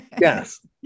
Yes